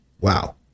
Wow